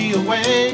away